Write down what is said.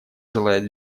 желает